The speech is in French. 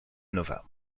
nova